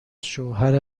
شوهر